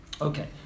Okay